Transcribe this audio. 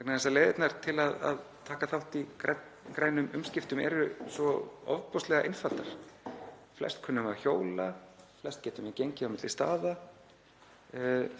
vegna þess að leiðirnar til að taka þátt í grænum umskiptum eru svo ofboðslega einfaldar. Flest kunnum við að hjóla. Flest getum við gengið á milli staða.